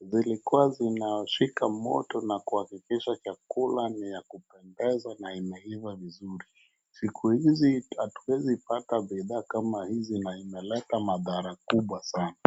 Zilikuwa zinashika moto na kuhakikisha chakula ni ya kupendezana na inaiva vizuri. Siku hizi hatuwezi pata bidhaa kama hizi na inaleta madhara kubwa sana.